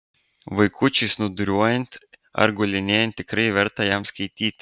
vaikučiui snūduriuojant ar gulinėjant tikrai verta jam skaityti